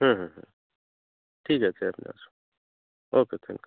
হুম হুম হুম ঠিক আছে আপনি আসুন ওকে থ্যাঙ্ক ইউ